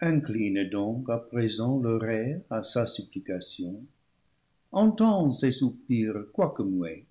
in cline donc à présent l'oreille à sa supplication entends ses soupirs quoique muets